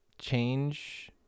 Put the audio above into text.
change